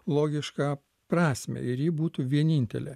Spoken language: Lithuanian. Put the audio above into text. logišką prasmę ir ji būtų vienintelė